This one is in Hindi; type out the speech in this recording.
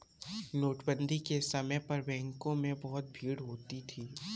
नोटबंदी के समय पर बैंकों में बहुत भीड़ होती थी